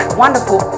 wonderful